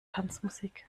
tanzmusik